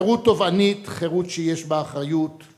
חירות תובענית, חירות שיש בה אחריות.